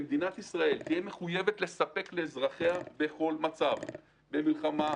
שמדינת ישראל תהיה מחויבת לספק לאזרחיה בכל מצב במלחמה,